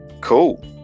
cool